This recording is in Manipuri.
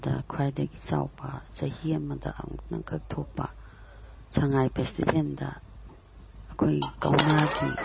ꯗ ꯈ꯭ꯋꯥꯏꯗꯒꯤ ꯆꯥꯎꯕ ꯆꯍꯤ ꯑꯃꯗ ꯑꯃꯨꯛꯇꯪ ꯈꯛ ꯊꯣꯛꯄ ꯁꯉꯥꯏ ꯐꯦꯁꯇꯤꯕꯦꯜꯗ ꯑꯩꯈꯣꯏ ꯀꯧꯅꯥꯒꯤ